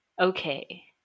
okay